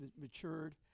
matured